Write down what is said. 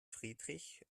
friedrich